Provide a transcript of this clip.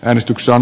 äänestyksen